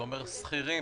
זה אומר שכירים